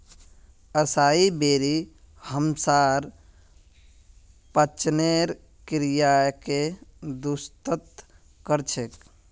असाई बेरी हमसार पाचनेर क्रियाके दुरुस्त कर छेक